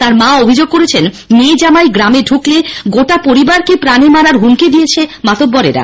তাঁর মা অভিযোগ করেছেন মেয়ে জামাই গ্রামে ঢুকলে গোটা পরিবারকে প্রাণে মারার হুমকি দিয়েছে মাতব্বরেরা